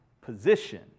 position